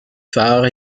phare